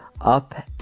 up